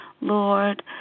Lord